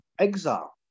exile